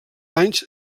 anys